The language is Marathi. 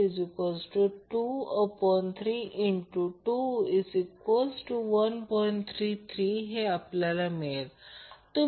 तर यालाच व्हॉल्यूम म्हणतात ते सिलेंडर म्हणून घेत आहे कारण क्रॉस सेक्शन गोलाकार आहे भागिले थ्री फेज मटेरियल आहे ही दोन वायर सिस्टम आहे